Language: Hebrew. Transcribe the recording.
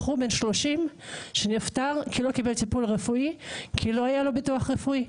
בחור בן שלושים שנפטר כי לא קיבל טיפול רפואי כי לא היה לו ביטוח רפואי.